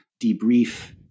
debrief